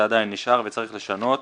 עדיין נשאר בנוסח הקודם וצריך לשנות.